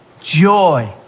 joy